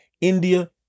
India